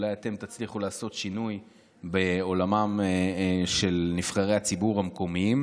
אולי אתם תצליחו לעשות שינוי בעולמם של נבחרי הציבור המקומיים,